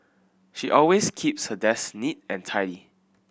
she always keeps her desk neat and tidy